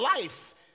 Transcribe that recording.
life